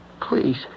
Please